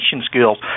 skills